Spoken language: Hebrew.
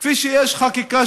כפי שיש חקיקה